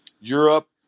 Europe